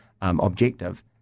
objective